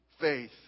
faith